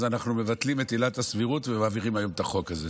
אז אנחנו מבטלים את עילת הסבירות ומעבירים היום את החוק הזה.